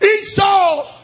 Esau